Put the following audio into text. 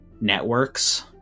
networks